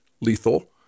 lethal